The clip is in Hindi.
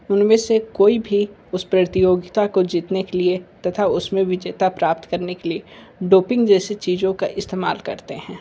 उनमें से कोई भी उस प्रतियोगिता को जीतने के लिए तथा उसमें विजेता प्राप्त करने के लिए डोपिंग जैसी चीज़ों का इस्तेमाल करते हैं